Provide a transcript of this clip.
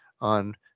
on